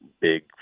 big